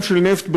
גם של נפט,